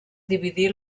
dividir